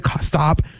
stop